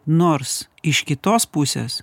nors iš kitos pusės